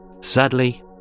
Sadly